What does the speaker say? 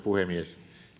puhemies